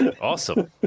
Awesome